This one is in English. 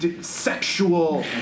sexual